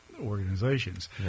organizations